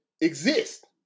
exist